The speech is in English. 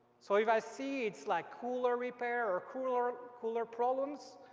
so if i see it's like cooler repair or cooler cooler problems,